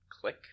click